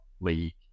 league